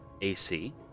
ac